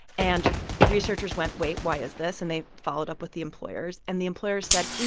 and the researchers went, wait, why is this? and they followed up with the employers. and the employers said,